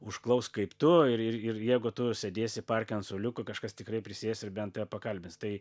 užklaus kaip tu ir ir ir jeigu tu sėdėsi parke ant suoliuko kažkas tikrai prisės ir bent tave pakalbins tai